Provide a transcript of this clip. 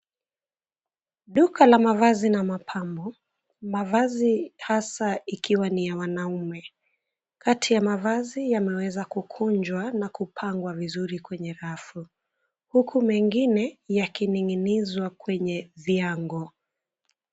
Duka la mavazi na mapambo. Mavazi hasa ikiwa ni ya wanaume. Kati ya mavazi yameweza kukunjwa na kupangwa vizuri kwenye rafu huku mengine yakining'inizwa kwenye viango.